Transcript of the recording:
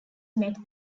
met